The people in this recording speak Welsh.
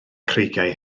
creigiau